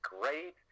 great